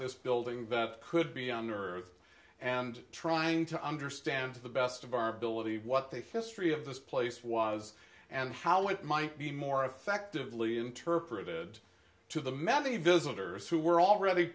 this building that could be on earth and trying to understand to the best of our ability what they fist free of this place was and how it might be more effectively interpreted to the many visitors who were already